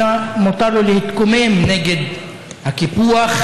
אלא מותר לו להתקומם נגד הקיפוח,